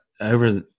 over